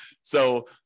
So-